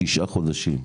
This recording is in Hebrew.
תשעה חודשים,